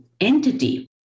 entity